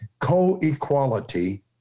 co-equality